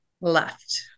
left